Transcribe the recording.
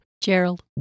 Gerald